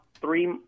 three